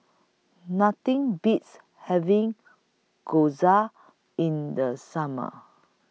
Nothing Beats having Gyoza in The Summer